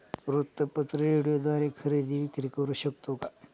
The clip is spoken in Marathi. वृत्तपत्र, रेडिओद्वारे खरेदी विक्री करु शकतो का?